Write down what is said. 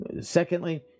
secondly